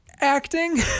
Acting